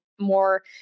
more